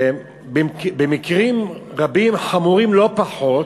במקרים רבים, חמורים לא פחות,